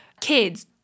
kids